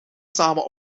samen